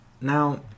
Now